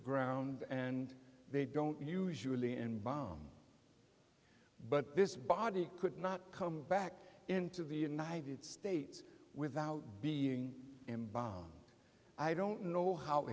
ground and they don't usually embalm but this body could not come back into the united states without being in bomb i don't know how